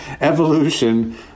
Evolution